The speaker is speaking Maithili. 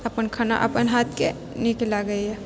अपन खाना अपन हाथके नीक लागएइ